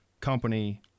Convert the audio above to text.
company